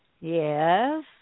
Yes